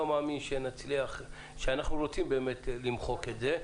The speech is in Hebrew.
מאמין שאנחנו רוצים באמת למחוק את זה.